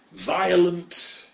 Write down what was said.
violent